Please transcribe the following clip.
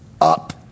up